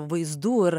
vaizdų ir